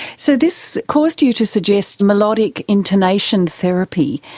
so this caused you to suggest melodic intonation therapy.